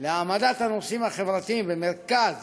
בהעמדת הנושאים החברתיים במרכז